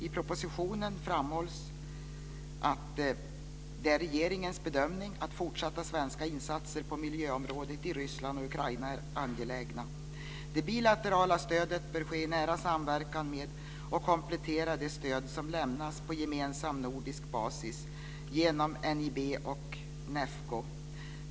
I propositionen framhålls att "det är regeringens bedömning att fortsatta svenska insatser på miljöområdet i Ryssland och Ukraina är angelägna. Det bilaterala stödet bör ske i nära samverkan med och komplettera det stöd som lämnas på gemensam nordisk basis genom NIB och NEFCO.